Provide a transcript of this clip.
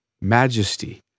majesty